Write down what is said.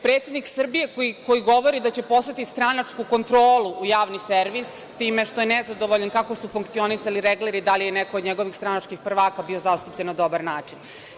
Predsednik Srbije koji govori da će poslati stranačku kontrolu u javni servis time što je nezadovoljan kako su funkcionisali regleri, da li je neko od njegovih stranačkih prvaka bio zastupljen na dobar način.